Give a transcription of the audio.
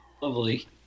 Lovely